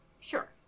Sure